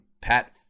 Pat